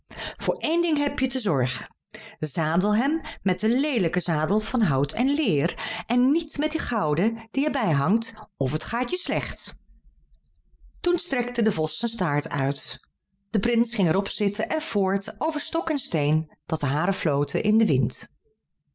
voor één ding heb je te zorgen zadel hem met den leelijken zadel van hout en leêr en niet met den gouden die er bij hangt of het gaat je slecht toen strekte de vos zijn staart uit de prins ging er op zitten en voort over stok en steen dat de haren floten in den wind